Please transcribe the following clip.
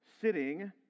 sitting